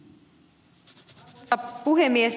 arvoisa puhemies